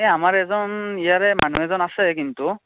এ আমাৰ এজন ইয়াৰে মানুহ এজন আছে কিন্তু